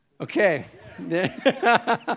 Okay